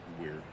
weird